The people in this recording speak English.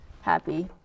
happy